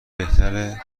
بهتره